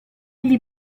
gli